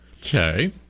Okay